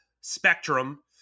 spectrum